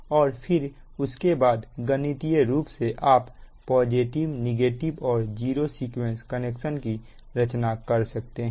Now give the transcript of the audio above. और फिर उसके बाद गणितीय रूप से आप पॉजिटिव नेगेटिव और जीरो सीक्वेंस कनेक्शन की रचना कर सकते हैं